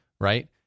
right